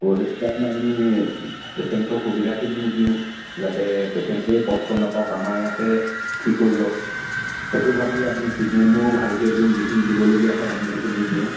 আৰু সেইটো কাৰণে আমি পেচেণ্টৰ সুবিধাখিনিও দিওঁ যাতে পেচেণ্টেও কষ্ট নাপাওক আমাৰ ইয়াতে ঠিক হৈ যওক সেইটো ভাবিয়ে আমি ট্ৰিটমেণ্টো ভালকৈ দিওঁ যিখিনি দিবলগীয়া হয় আমি সেইখিনি দিওঁ